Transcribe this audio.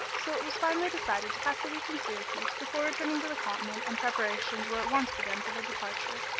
so it was finally decided to pass a week in syracuse before returning to the continent, and preparations were at once begun for their departure.